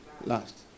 last